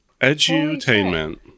Edutainment